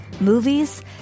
movies